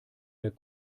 der